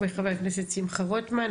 וחבר הכנסת שמחה רוטמן,